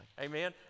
Amen